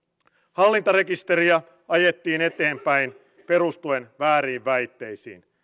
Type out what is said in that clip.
hallintarekisteriä ajettiin eteenpäin perustuen vääriin väitteisiin